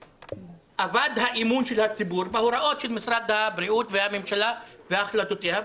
אבד האמון של הציבור בהוראות של משרד הבריאות ושל הממשלה והחלטותיה.